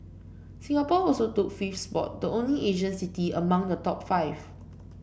Singapore also took fifth spot the only Asian city among the top five